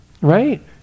right